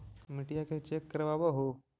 मिट्टीया के चेक करबाबहू?